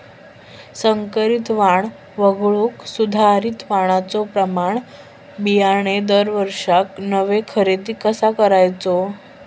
संकरित वाण वगळुक सुधारित वाणाचो प्रमाण बियाणे दरवर्षीक नवो खरेदी कसा करायचो?